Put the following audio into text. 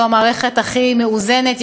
זו המערכת הכי מאוזנת.